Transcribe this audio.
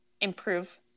improve